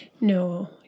No